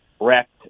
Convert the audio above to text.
wrecked